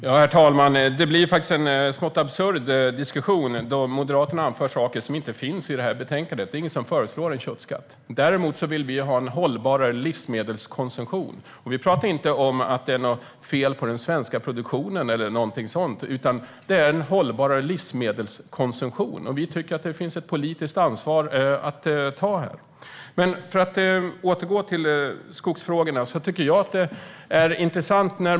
Herr talman! Det blir en smått absurd diskussion då Moderaterna anför saker som inte finns i betänkandet. Det är inte någon som föreslår en köttskatt. Däremot vill vi ha en hållbarare livsmedelskonsumtion. Vi talar inte om att det är något fel på den svenska produktionen eller någonting sådant. Det handlar om en hållbarare livsmedelskonsumtion. Det finns ett politiskt ansvar att ta här. För att återgå till skogsfrågorna tycker jag att detta är intressant.